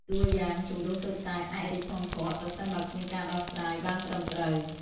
តួយ៉ាង ជម្លោះតូចតាចអាចរីកធំធាត់ ប្រសិនបើគ្មានការដោះស្រាយបានត្រឹមត្រូវ។